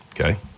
okay